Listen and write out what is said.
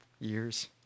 years